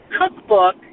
cookbook